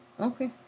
Okay